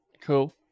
cool